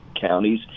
counties